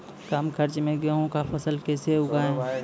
कम खर्च मे गेहूँ का फसल कैसे उगाएं?